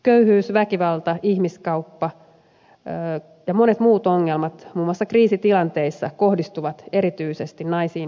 köyhyys väkivalta ihmiskauppa ja monet muut ongelmat muun muassa kriisitilanteissa kohdistuvat erityisesti naisiin ja lapsiin